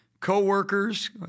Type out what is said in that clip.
co-workers